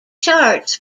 charts